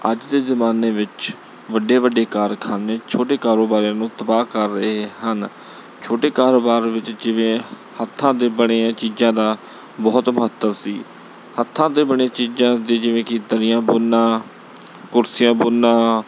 ਅੱਜ ਦੇ ਜ਼ਮਾਨੇ ਵਿੱਚ ਵੱਡੇ ਵੱਡੇ ਕਾਰਖਾਨੇ ਛੋਟੇ ਕਾਰੋਬਾਰੀਆਂ ਨੂੰ ਤਬਾਹ ਕਰ ਰਹੇ ਹਨ ਛੋਟੇ ਕਾਰੋਬਾਰ ਵਿੱਚ ਜਿਵੇਂ ਹੱਥਾਂ ਦੇ ਬਣੇ ਚੀਜ਼ਾਂ ਦਾ ਬਹੁਤ ਮਹੱਤਵ ਸੀ ਹੱਥਾਂ ਦੇ ਬਣੇ ਚੀਜ਼ਾਂ ਦੀ ਜਿਵੇਂ ਕਿ ਦਰੀਆਂ ਬੁਣਨਾ ਕੁਰਸੀਆਂ ਬੁਣਨਾ